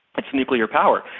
its nuclear power.